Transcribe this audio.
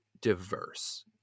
diverse